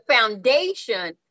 foundation